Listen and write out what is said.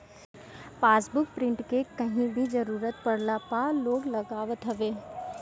passbook print के कहीं भी जरुरत पड़ला पअ लोग लगावत हवे